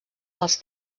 dels